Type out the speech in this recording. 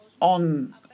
on